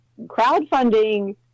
crowdfunding